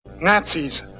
Nazis